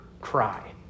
cry